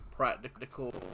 Practical